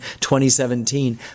2017